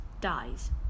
dies